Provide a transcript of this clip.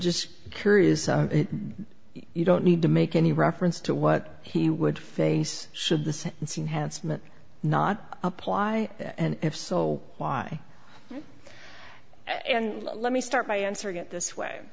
just curious you don't need to make any reference to what he would face should the sentencing has meant not apply and if so why and let me start by answering it this way